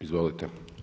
Izvolite.